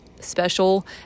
special